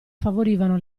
favorivano